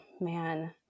Man